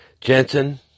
Jensen